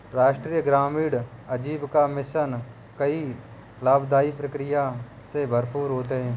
राष्ट्रीय ग्रामीण आजीविका मिशन कई लाभदाई प्रक्रिया से भरपूर होता है